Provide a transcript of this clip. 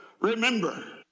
Remember